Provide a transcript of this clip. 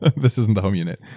this isn't the home unit,